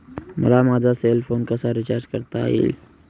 मला माझा cell phone कसा रिचार्ज करता येईल?